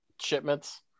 shipments